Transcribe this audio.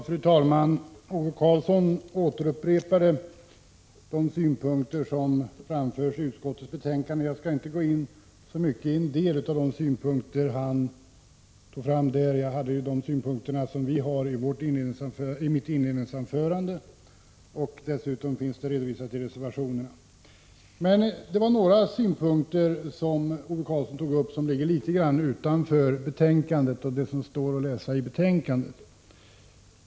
Fru talman! Ove Karlsson upprepade de synpunkter som framförs i utskottets betänkande, och jag skall därför inte kommentera dem närmare. Mitt partis synpunkter redogjorde jag för i mitt inledningsanförande, och de finns dessutom redovisade i reservationerna. Men Ove Karlsson tog upp några synpunkter som ligger litet grand utanför det som står att läsa i betänkandet.